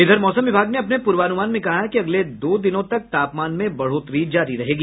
इधर मौसम विभाग ने अपने पूर्वानुमान में कहा है कि अगले दो दिनों तक तापमान में बढ़ोतरी जारी रहेगी